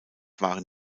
waren